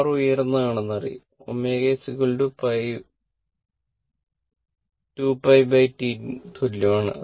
r ഉയർന്നതാണെന്ന് അറിയുക ω π 2π T ന് തുല്യമാണ്